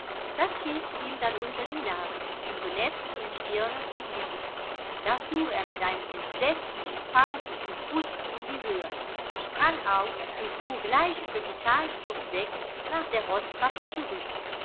das hielt sie ihm dann unter die nase und benetzte ihm stirne und lippen da fuhr er mit einem entsetzlichen fauchen und prusten in die höhe sprang auf und fuhr gleich über die talschlucht weg nach der roßtrappe zurück